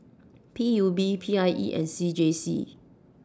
P U B P I E and C J C